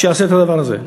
שיעשה את הדבר הזה.